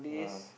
ah